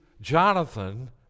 Jonathan